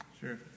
Sure